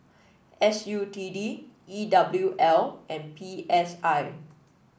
S U T D E W L and P S I